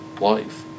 life